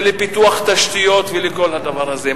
לפיתוח תשתיות ולכל הדבר הזה.